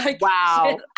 Wow